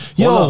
yo